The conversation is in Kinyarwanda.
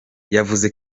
yavuze